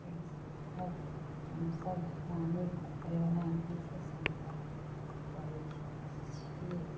एहि सभ हम सभ बागवानी करै बला आदमीसँ सम्पर्क करै छी